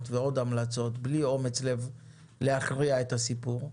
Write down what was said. ועוד המלצות בלי אומץ לב להכריע את הסיפור,